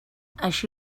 així